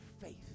faith